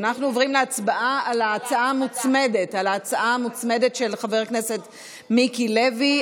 אנחנו עוברים להצבעה על ההצעה המוצמדת של חבר הכנסת מיקי לוי,